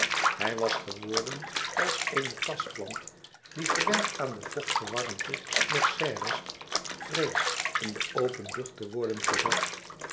hij was geworden als eene kasplant die gewend aan de vochte warmte der serres vreest in de open lucht te worden gezet